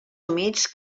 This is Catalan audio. humits